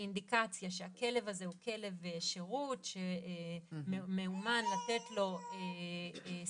אינדיקציה שהכלב הזה הוא כלב שירות שמאומן לתת לו סיוע,